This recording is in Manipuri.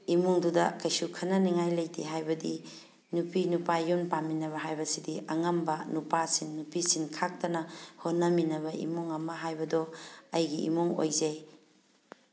ꯏꯃꯨꯡꯗꯨꯗ ꯀꯩꯁꯨ ꯈꯟꯅꯅꯤꯡꯉꯥꯏ ꯂꯩꯇꯩ ꯍꯥꯏꯕꯗꯤ ꯅꯨꯄꯤ ꯅꯨꯄꯥ ꯌꯨꯝ ꯄꯥꯟꯃꯤꯟꯅꯕ ꯍꯥꯏꯕꯁꯤꯗꯤ ꯑꯉꯝꯕ ꯅꯨꯄꯥ ꯁꯤꯟ ꯅꯨꯄꯤ ꯁꯤꯟ ꯈꯥꯛꯇꯅ ꯍꯣꯠꯅꯃꯤꯟꯅꯕ ꯏꯃꯨꯡ ꯑꯃ ꯍꯥꯏꯕꯗꯣ ꯑꯩꯒꯤ ꯏꯃꯨꯡ ꯑꯣꯏꯖꯩ